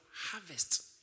harvest